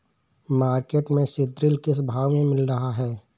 Market में सीद्रिल किस भाव में मिल रहा है?